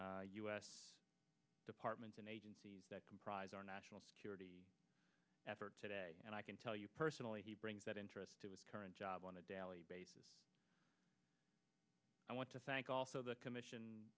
s departments and agencies that comprise our national security effort today and i can tell you personally he brings that interest to its current job on a daily basis i want to thank also the commission